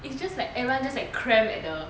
it's just like everyone just like cramp at the